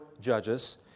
Judges